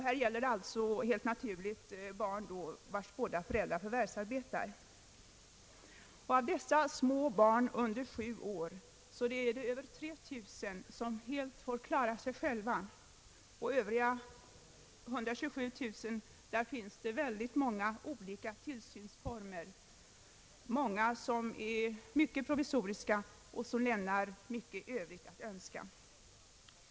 Det gäller alltså barn, vilkas båda föräldrar förvärvsarbetar. Av dessa små barn under sju år är det över 3090 som helt får klara sig själva. För övriga 127000 finns det många olika tillsynsformer, varav flera mycket provisoriska som lämnar mycket övrigt att önska.